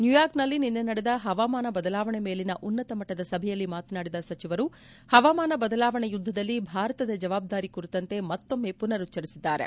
ನ್ಯೂಯಾರ್ಕ್ನಲ್ಲಿ ನಿನ್ನೆ ನಡೆದ ಹವಾಮಾನ ಬದಲಾವಣೆ ಮೇಲಿನ ಉನ್ನತ ಮಟ್ಟದ ಸಭೆಯಲ್ಲಿ ಮಾತನಾಡಿದ ಸಚಿವರು ಹವಾಮಾನ ಬದಲಾವಣೆ ಯುದ್ದದಲ್ಲಿ ಭಾರತದ ಜವಾಬ್ದಾರಿ ಕುರಿತಂತೆ ಮತ್ತೊಮ್ಮೆ ಮನರುಚ್ಚರಿಸಿದ್ದಾರೆ